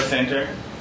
Center